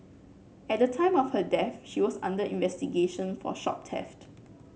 at the time of her death she was under investigation for shop theft